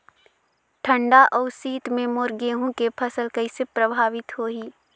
ठंडा अउ शीत मे मोर गहूं के फसल कइसे प्रभावित होही?